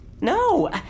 No